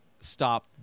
stop